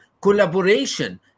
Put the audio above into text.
collaboration